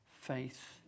faith